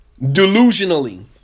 delusionally